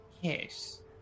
Yes